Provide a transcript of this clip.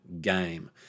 game